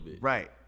Right